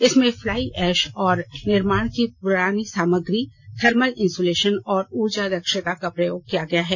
इसमें fly ash और निर्माण की पुरानी सामग्री थर्मल इन्सुलेशन और ऊर्जा दक्षता का प्रयोग किया गया है